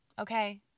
Okay